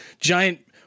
giant